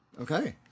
Okay